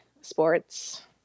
sports